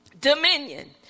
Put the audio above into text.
dominion